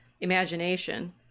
imagination